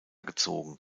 gezogen